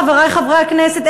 חברי חברי הכנסת,